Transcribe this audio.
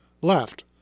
left